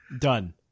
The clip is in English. Done